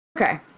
Okay